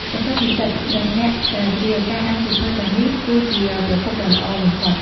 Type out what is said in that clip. សម្រាប់និស្សិត និងអ្នកស្រាវជ្រាវ ការអានសៀវភៅទាំងនេះគឺជាប្រភពដ៏ល្អបំផុត។